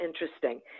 interesting